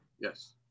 Yes